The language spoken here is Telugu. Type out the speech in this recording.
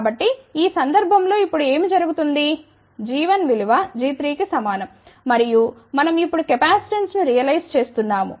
కాబట్టి ఈ సందర్భం లో ఇప్పుడు ఏమి జరుగుతుంది g1విలువ g3 కి సమానం మరియు మనం ఇప్పుడు కెపాసిటిన్స్ ను రియలైజ్ చేస్తున్నాము